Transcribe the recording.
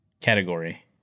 category